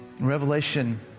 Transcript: Revelation